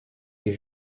est